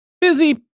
busy